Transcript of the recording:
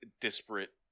disparate